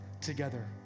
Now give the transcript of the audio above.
together